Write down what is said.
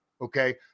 okay